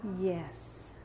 Yes